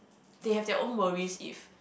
they have their own worries if